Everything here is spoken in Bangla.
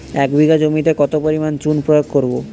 এক বিঘা জমিতে কত পরিমাণ চুন প্রয়োগ করব?